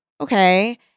okay